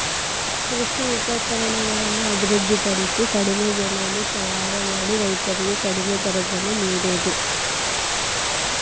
ಕೃಷಿ ಉಪಕರಣಗಳನ್ನು ಅಭಿವೃದ್ಧಿ ಪಡಿಸಿ ಕಡಿಮೆ ಬೆಲೆಯಲ್ಲಿ ತಯಾರ ಮಾಡಿ ರೈತರಿಗೆ ಕಡಿಮೆ ದರದಲ್ಲಿ ನಿಡುವುದು